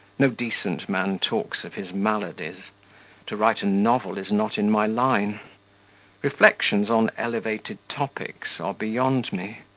no decent man talks of his maladies to write a novel is not in my line reflections on elevated topics are beyond me